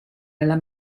nella